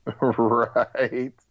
Right